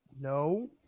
No